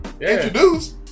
introduce